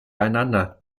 einander